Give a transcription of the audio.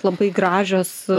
labai gražios